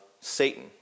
Satan